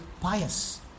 pious